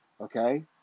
Okay